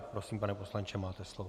Prosím, pane poslanče, máte slovo.